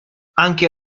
anche